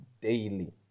daily